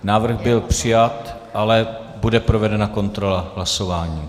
Návrh byl přijat, ale bude provedena kontrola hlasování.